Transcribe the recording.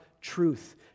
truth